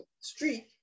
street